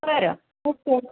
बरं ओके